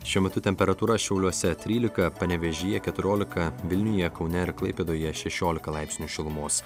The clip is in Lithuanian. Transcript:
šiuo metu temperatūra šiauliuose trylika panevėžyje keturiolika vilniuje kaune ir klaipėdoje šešiolika laipsnių šilumos